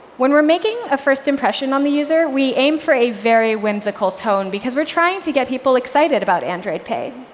when we're making a first impression on the user, we aim for a very whimsical tone, because we're trying to get people excited about android pay.